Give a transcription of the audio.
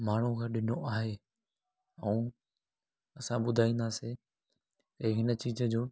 माण्हूअ खे ॾिनो आहे ऐं असां ॿुधाईंदासीं के हिन चीज़ जो